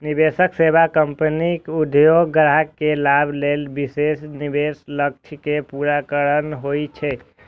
निवेश सेवा कंपनीक उद्देश्य ग्राहक के लाभ लेल विशेष निवेश लक्ष्य कें पूरा करना होइ छै